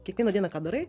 kiekvieną dieną ką darai